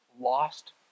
lost